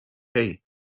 hey